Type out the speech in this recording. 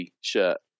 shirt